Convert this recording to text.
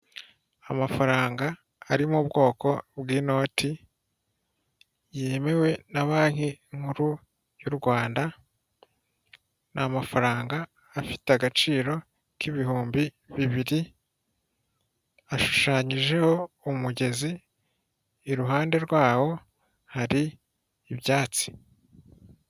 Amafaranga ari mu bwoko bw'inoti yemewe na banki nkuru y'u Rwanda amafaranga afite agaciro kibihumbi bibiri ashushanyijeho umugezi iruhande rwawo hari ibyatsi.